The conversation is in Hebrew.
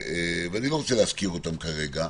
ואני לא רוצה להזכיר אותם כרגע,